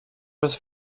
was